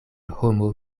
homo